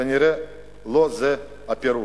כנראה לא זה הפירוש.